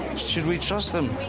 should we trust them?